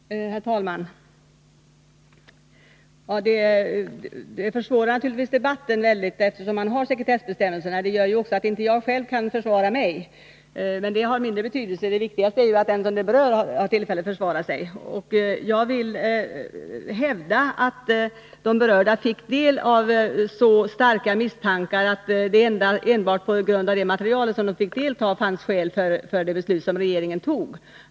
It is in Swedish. Herr talman! Sekretessbestämmelserna försvårar naturligtvis debatten mycket. De gör att jag själv inte heller kan försvara mig. Men det har mindre betydelse. Det viktigaste är att den som ärendet berör har tillfälle att försvara sig. Jag vill hävda att de berörda fick del av så starka misstankar att det enbart på grundval av det materialet fanns skäl för det beslut som regeringen fattade.